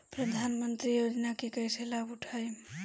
प्रधानमंत्री योजना के कईसे लाभ उठाईम?